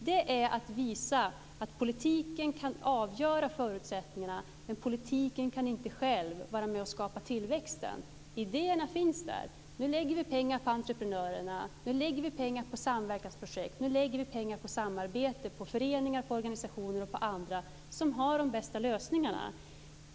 Det är att visa att politiken kan avgöra förutsättningarna, men politiken kan inte själv vara med och skapa tillväxten. Idéerna finns där. Nu lägger vi pengar på entreprenörerna. Nu lägger vi pengar på samverkansprojekt. Nu lägger vi pengar på samarbete, på föreningar, på organisationer och på andra som har de bästa lösningarna.